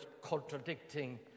contradicting